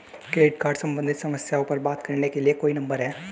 Credit card सम्बंधित समस्याओं पर बात करने के लिए कोई नंबर है?